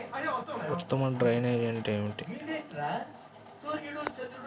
ఉత్తమ డ్రైనేజ్ ఏమిటి?